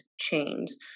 chains